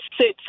sit